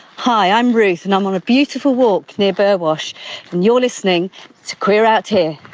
hi, i'm ruth, and i'm on a beautiful walk near burwash and you're listening to queer out here.